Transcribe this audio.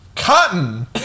Cotton